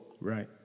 Right